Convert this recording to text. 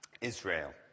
Israel